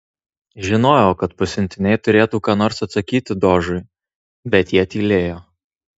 žinojau kad pasiuntiniai turėtų ką nors atsakyti dožui bet jie tylėjo